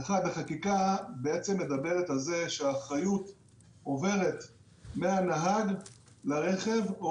ראשית החקיקה אומרת שהאחריות עוברת מהנהג לרכב או,